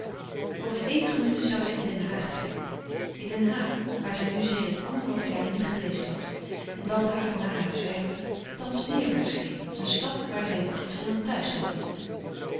over eenige minuten zou zij in den haag zijn in den haag waar zij nu sedert anderhalf jaar niet geweest was en dat haar na heur zwerven thans dierbaar scheen als een stad waar zij nog iets van een thuis zou vinden